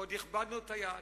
ועוד הכבדנו את היד,